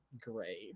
Great